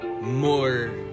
more